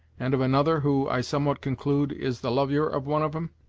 and of another, who, i somewhat conclude, is the lovyer of one of em.